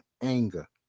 anger